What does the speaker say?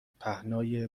پهنای